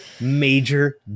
major